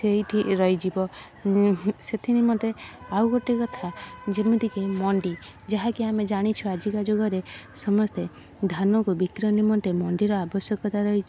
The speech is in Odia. ସେଇଠି ରହିଯିବ ଉଁ ହୁଁ ସେଥି ନିମନ୍ତେ ଆଉ ଗୋଟିଏ କଥା ଯେମିତି କି ମଣ୍ଡି ଯାହା କି ଆମେ ଜାଣିଛୁ ଆଜିକା ଯୁଗରେ ସମସ୍ତେ ଧାନକୁ ବିକ୍ରୟ ନିମନ୍ତେ ମଣ୍ଡିର ଆବଶ୍ୟକତା ରହିଛି